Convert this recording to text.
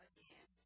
Again